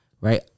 Right